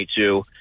22